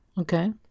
okay